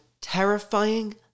terrifying